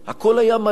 הכול היה מלא.